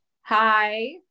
hi